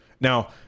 Now